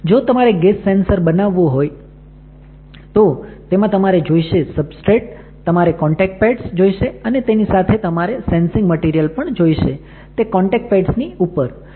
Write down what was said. જો તમારે gas sensor બનાવવું હોય તો તેમાં તમારે જોઈશે સબસ્ટ્રેટ તમારે કોન્ટેક્ટ પેડ્સ જોઈશે અને તેની સાથે તમારે સેન્સીંગ મટીરિયલ પણ જોઈશે તે કોન્ટેક્ટ પેડ્સ ની ઉપર